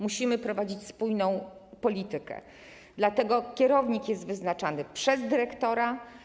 Musimy prowadzić spójną politykę, dlatego kierownik jest wyznaczany przez dyrektora.